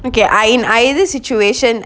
okay ei~ either situation says mom is the asshole here